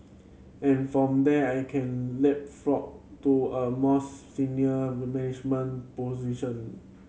and from there I can leapfrog to a mouse senior management position